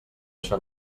això